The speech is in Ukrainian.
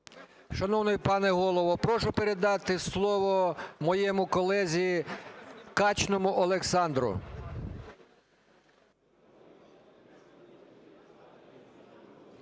Шановний пане Голово, прошу передати слово моєму колезі Качному Олександру.